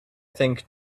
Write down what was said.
think